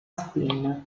spin